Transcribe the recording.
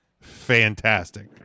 fantastic